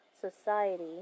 society